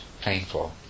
painful